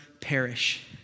perish